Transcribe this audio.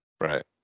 Right